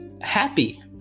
happy